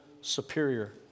superior